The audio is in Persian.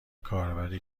کاربری